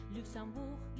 Luxembourg